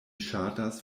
ŝatas